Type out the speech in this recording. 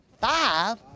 Five